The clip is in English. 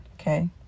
okay